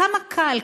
כמה קל,